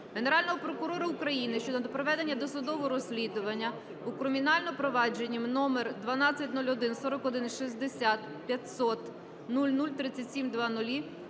Генерального прокурора України щодо проведення досудового розслідування у кримінальному провадженні №12014160500003700